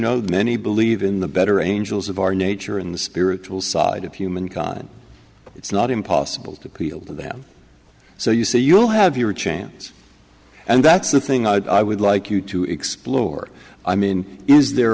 the many believe in the better angels of our nature in the spiritual side of humankind it's not impossible to peel them so you say you'll have your chance and that's the thing i would like you to explore i mean is there